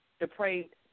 depraved